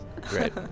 Great